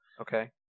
Okay